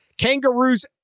kangaroos